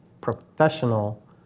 professional